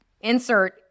insert